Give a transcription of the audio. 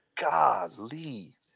golly